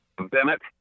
Bennett